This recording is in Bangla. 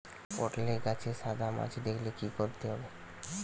পটলে গাছে সাদা মাছি দেখালে কি করতে হবে?